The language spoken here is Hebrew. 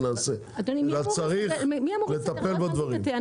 צריך לטפל בדברים.